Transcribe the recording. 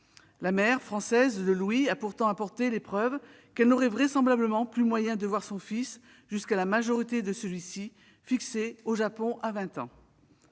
La mère de Louis- française -a pourtant apporté les preuves qu'elle n'aurait vraisemblablement plus la possibilité de voir son fils jusqu'à la majorité de celui-ci, fixée au Japon à 20 ans.